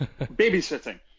Babysitting